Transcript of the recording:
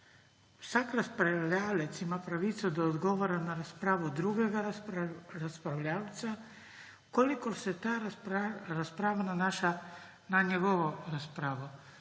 vsak razpravljavec pravico do odgovora na razpravo drugega razpravljavca, v kolikor se ta razprava nanaša na njegovo razpravo.